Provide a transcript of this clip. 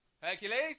Hercules